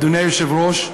אדוני היושב-ראש,